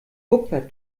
kupfer